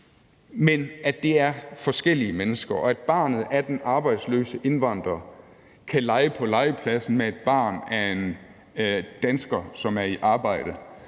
med, at det er forskellige mennesker. Når barnet af den arbejdsløse indvandrer kan lege på legepladsen med et barn af en dansker, som er i arbejde,